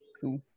Cool